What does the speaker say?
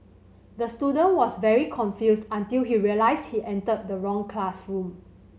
the student was very confused until he realised he entered the wrong classroom